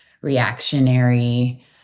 reactionary